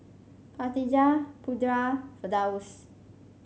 Khatijah Putra Firdaus